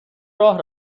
راه